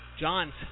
Johns